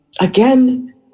again